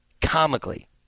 comically